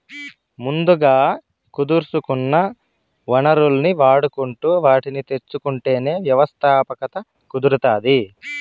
ముందుగా కుదుర్సుకున్న వనరుల్ని వాడుకుంటు వాటిని తెచ్చుకుంటేనే వ్యవస్థాపకత కుదురుతాది